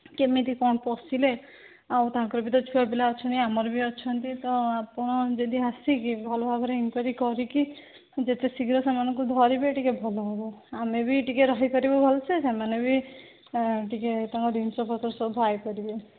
କେମିତି କ'ଣ ପଶିଲେ ଆଉ ତାଙ୍କର ବି ତ ଛୁଆପିଲା ଅଛନ୍ତି ଆମର ବି ଅଛନ୍ତି ତ ଆପଣ ଯଦି ଆସିକି ଭଲଭାବରେ ଇନକ୍ଵାରି କରିକି ଯେତେ ଶୀଘ୍ର ସେମାନଙ୍କୁ ଧରିବେ ଟିକିଏ ଭଲ ହେବ ଆମେ ବି ଟିକିଏ ରହିପାରିବୁ ଭଲସେ ସେମାନେ ବି ଟିକିଏ ତାଙ୍କ ଜିନିଷପତ୍ର ସବୁ ପାଇପାରିବେ